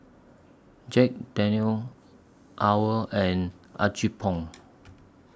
Jack Daniel's OWL and Apgujeong